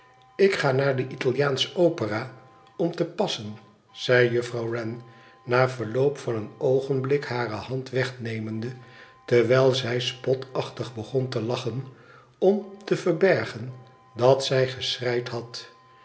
ik ga naar de italiaansche opera om te passen zei juffrouw wrem na verloop van een oogenblik hare hand wegnemende terwijl zij spotachtig begon te lachen om te verbergen dat zij geschreid had